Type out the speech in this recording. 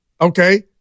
Okay